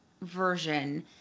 version